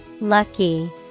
Lucky